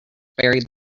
buried